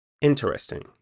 interesting